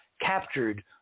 captured